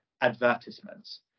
advertisements